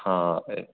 ਹਾਂ